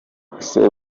ese